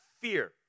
fear